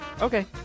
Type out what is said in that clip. Okay